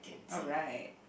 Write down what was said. oh right